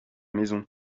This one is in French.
maison